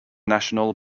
national